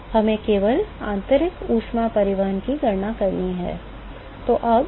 हमें केवल आंतरिक ऊष्मा परिवहन की गणना करनी है